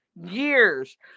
years